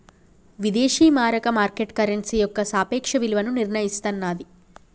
విదేశీ మారక market currency యొక్క సాపేక్ష విలువను నిర్ణయిస్తన్నాది